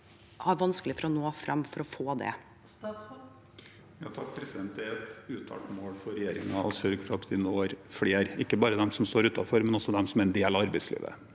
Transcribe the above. har vanskelig for å nå frem for å få det.